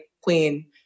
Queen